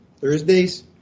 Thursdays